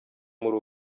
muri